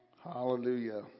Hallelujah